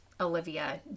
Olivia